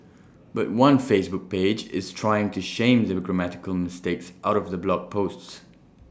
but one Facebook page is trying to shame the grammatical mistakes out of the blog posts